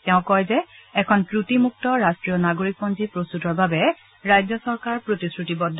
তেওঁ কয় যে এখন ক্ৰটিমুক্ত ৰাষ্ট্ৰীয় নাগৰিক পঞ্জী প্ৰস্ততৰ বাবে ৰাজ্য চৰকাৰ প্ৰতিশ্ৰুতিবদ্ধ